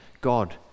God